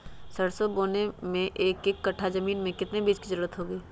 सरसो बोने के एक कट्ठा जमीन में कितने बीज की जरूरत होंगी?